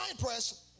press